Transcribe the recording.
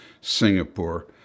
Singapore